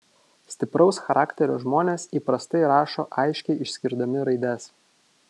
stipraus charakterio žmonės įprastai rašo aiškiai išskirdami raides